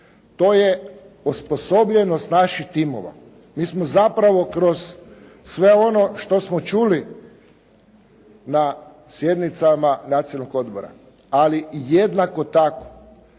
To je osposobljenost naših timova. Mi smo zapravo kroz sve ono što smo čuli na sjednicama Nacionalnog odbora, ali jednako tako